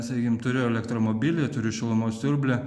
sakykim turiu elektromobilį turiu šilumos siurblį